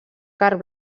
carn